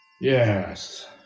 Yes